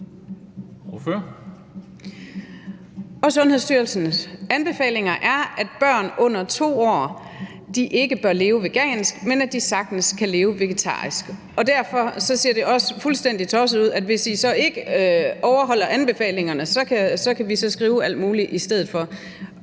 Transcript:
Sundhedsstyrelsens anbefalinger er, at børn under 2 år ikke bør leve vegansk, men at de sagtens kan leve vegetarisk. Derfor ser det også fuldstændig tosset ud, at man, hvis nogen så ikke overholder anbefalingerne, så kan skrive alt muligt i stedet for.